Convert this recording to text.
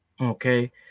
Okay